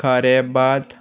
खारयेबांद